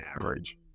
average